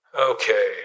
Okay